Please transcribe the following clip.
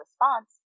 response